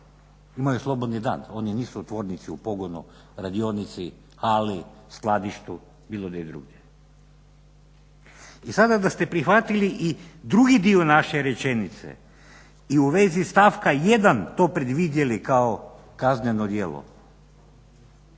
imaju slobodni dan, oni nisu u tvornici, u pogonu, radionici, hali, skladištu, bilo gdje drugdje. I sada da ste prihvatili i drugi dio naše rečenice, i u vezi stavka 1. to predvidjeli kao kazneno djelo,